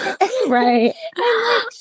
right